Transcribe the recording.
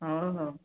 ହଉ ହଉ